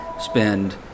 spend